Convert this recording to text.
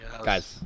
guys